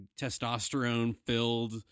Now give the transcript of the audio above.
testosterone-filled